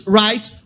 right